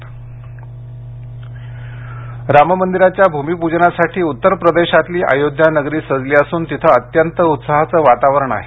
अयोध्या भूमिपूजन राम मंदिराच्या भूमिपूजनासाठी उत्तर प्रदेशातली अयोध्या नगरी सजली असून तिथे अत्यंत उत्साहाचं वातावरण आहे